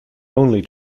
only